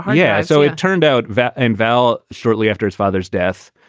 yeah. so it turned out that and val, shortly after his father's death,